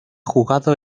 jugado